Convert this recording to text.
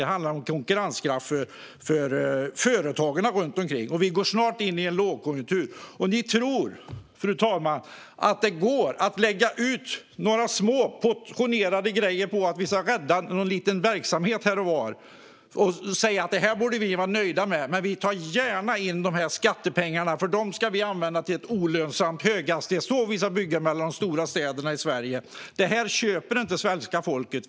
Det handlar om konkurrenskraft för företagen. Fru talman! Vi går snart in i en lågkonjunktur. Ni tror att det går att lägga ut några små portionerade grejer och rädda någon liten verksamhet här och var och säga: Det här borde vi vara nöjda med. Men vi tar gärna in dessa skattepengar, för dem ska vi använda till ett olönsamt höghastighetståg som ska gå mellan de stora städerna i Sverige. Detta köper inte svenska folket.